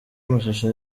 amashusho